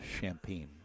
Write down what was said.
champagne